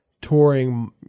touring